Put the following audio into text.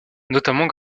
notamment